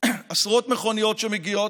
עשרות מכוניות שמגיעות,